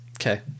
Okay